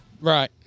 Right